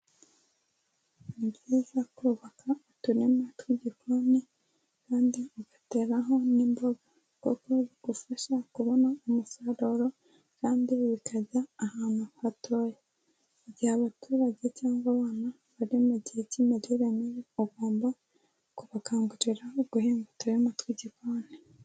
Ni byiza kubaka uturima tw'igikoni kandi ugateraho n'imboga, kuko bigufasha kubona umusaruro kandi bikajya ahantu hatoya, igihe abaturage cyangwa abana bari mu gihe k'imirire mibi, ugomba kubakangurira uguhe utuma tw'igikoni.